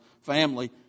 family